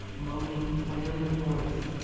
moaning, wailing voice,